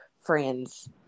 friends